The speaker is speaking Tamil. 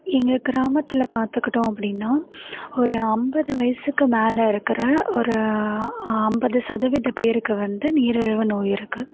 எங்கள் கிராமத்தில் பார்த்துக்கிட்டோம் அப்படின்னா ஒரு ஐம்பது வயசுக்கு மேலே இருக்கிற ஒரு ஐம்பது சதவீத பேருக்கு வந்து நீரிழிவு நோய் இருக்குது